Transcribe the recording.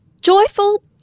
joyful